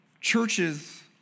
churches